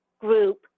group